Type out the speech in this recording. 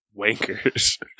wankers